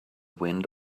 wind